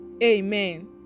Amen